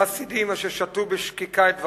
חסידים אשר שתו בשקיקה את דבריו,